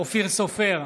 אופיר סופר,